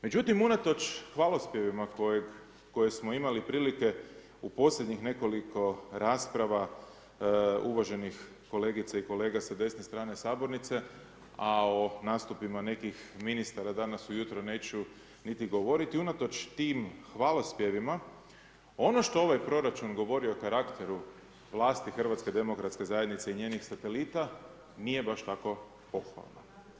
Međutim, unatoč hvalospjevima koje smo imali prilike u posljednjih nekoliko rasprava uvaženih kolegica i kolega sa desne strane sabornice, a o nastupima nekih ministara danas ujutro neću ni govoriti, unatoč tim hvalospjevima ono što ovaj proračun govori o karakteru vlasti HDZ i njenih satelita nije baš tako pohvalno.